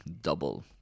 double